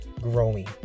growing